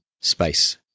space